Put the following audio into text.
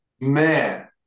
man